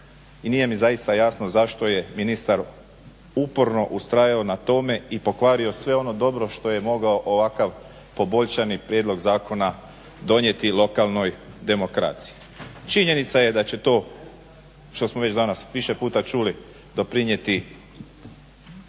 i nije mi zaista jasno zašto je ministar uporno ustrajao na tome i pokvario sve ono dobro što je mogao ovakav poboljšani prijedlog zakona donijeti lokalnoj demokraciji. Činjenica je da će to što smo već danas više puta čuli doprinijeti